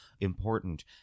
important